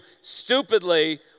stupidly